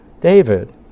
David